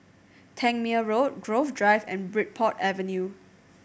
Tangmere Road Grove Drive and Bridport Avenue